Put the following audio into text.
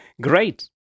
Great